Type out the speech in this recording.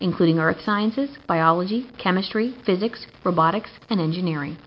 including earth sciences biology chemistry physics robotics and engineering